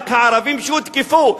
רק הערבים הותקפו,